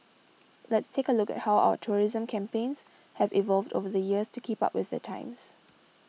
let's take a look at how our tourism campaigns have evolved over the years to keep up with the times